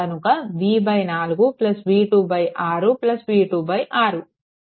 కనుక v4 v2 6 v2 6